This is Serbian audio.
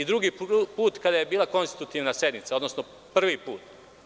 Drugi put se sastao kada je bila konstitutivna sednica, odnosno prvi put.